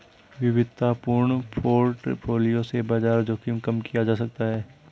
विविधतापूर्ण पोर्टफोलियो से बाजार जोखिम कम किया जा सकता है